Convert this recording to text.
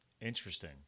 interesting